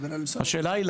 השאלה היא,